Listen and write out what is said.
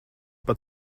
pat